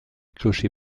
clocher